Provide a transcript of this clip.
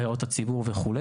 הערות הציבור וכו'.